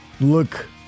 look